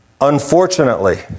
Unfortunately